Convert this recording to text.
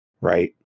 right